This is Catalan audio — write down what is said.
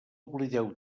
oblideu